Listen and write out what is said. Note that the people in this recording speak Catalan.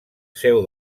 seu